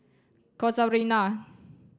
Casuarina